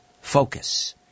Focus